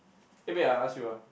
eh wait I ask you ah